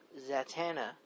Zatanna